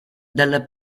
dalla